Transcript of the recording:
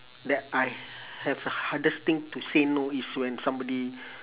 that I have a hardest thing to say no is when somebody